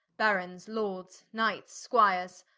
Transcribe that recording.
barons, lords, knights, squires,